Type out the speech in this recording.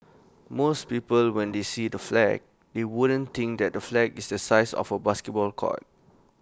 most people when they see the flag they wouldn't think that the flag is the size of A basketball court